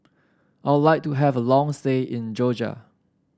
I would like to have a long stay in Georgia